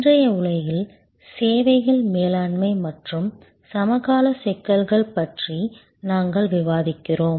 இன்றைய உலகில் சேவைகள் மேலாண்மை மற்றும் சமகால சிக்கல்கள் பற்றி நாங்கள் விவாதிக்கிறோம்